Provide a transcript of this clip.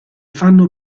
fanno